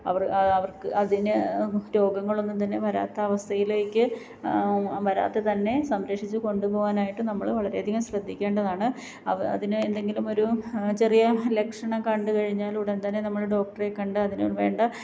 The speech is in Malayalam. അവർ അവർക്ക് അതിന് രോഗങ്ങളൊന്നും തന്നെ വരാത്ത അവസ്ഥയിലേക്ക് വരാത്ത തന്നെ സംരക്ഷിച്ച് കൊണ്ട് പോകാനായിട്ട് നമ്മൾ വളരെയധികം ശ്രദ്ധിക്കേണ്ടതാണ് അതിന് എന്തെങ്കിലുമൊരു ചെറിയ ലക്ഷണം കണ്ട് കഴിഞ്ഞാൽ ഉടൻ തന്നെ നമ്മൾ ഡോക്ടറെ കണ്ട് അതിനുവേണ്ട